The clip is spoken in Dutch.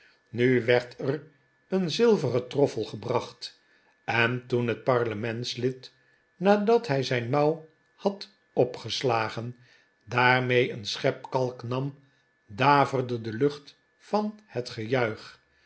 nu werd er een zilveren troffel gebracht en toen het parlementslid nadat hij zijn mouw had opgeslagen daarmee een schep kalk nam daverde de lucht van het ge